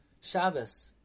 Shabbos